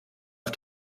auf